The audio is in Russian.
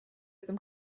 этом